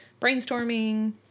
brainstorming